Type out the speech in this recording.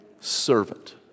servant